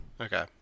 Okay